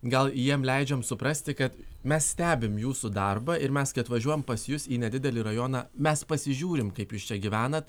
gal jiem leidžiam suprasti kad mes stebim jūsų darbą ir mes kai atvažiuojam pas jus į nedidelį rajoną mes pasižiūrim kaip jūs čia gyvenat